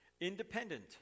Independent